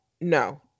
No